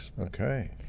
Okay